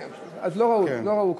כן, אז לא ראו, לא ראו כאן.